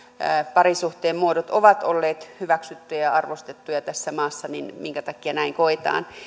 parisuhteen muodot ovat olleet hyväksyttyjä ja arvostettuja tässä maassa minkä takia näin koetaan